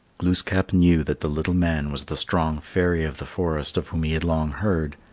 glooskap knew that the little man was the strong fairy of the forest of whom he had long heard.